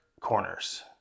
corners